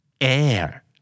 Air